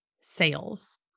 sales